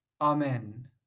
Amen